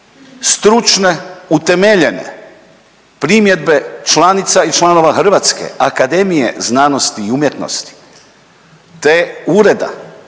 stručne utemeljene primjedbe članica i članova Hrvatske akademije znanosti i umjetnosti te Ureda